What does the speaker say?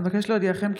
אבקש להודיעכם,